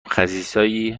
خسیسایی